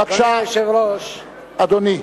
בבקשה, אדוני.